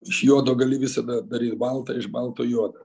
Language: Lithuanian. iš juodo gali visada daryt baltą iš balto juodą